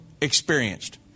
experienced